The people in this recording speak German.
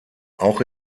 auch